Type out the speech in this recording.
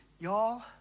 Y'all